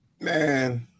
Man